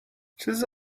چیز